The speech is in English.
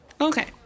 Okay